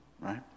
Right